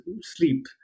sleep